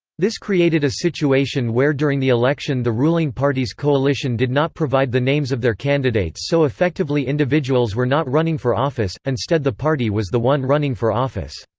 this created a situation where during the election the ruling party's coalition did not provide the names of their candidates so effectively individuals were not running for office, instead the party was the one running for office.